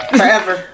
forever